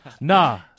Nah